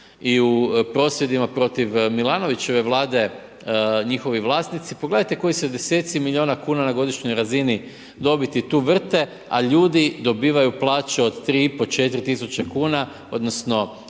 i u prosvjedima protiv Milanovićeve vlade, njihovi vlasnici, pogledajte koji se 10 milijuna kn na godišnjoj razini dobiti tu vrte, a ljudi dobivaju plaće od 3,5 4 tisuće kn, odnosno